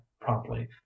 promptly